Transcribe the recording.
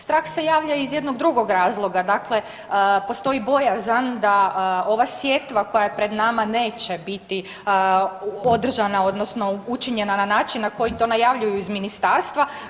Strah se javlja i iz jednog drugog razloga, dakle postoji bojazan da ova sjetva koja je pred nama neće biti održana odnosno učinjena na način na koji to najavljuju iz ministarstva.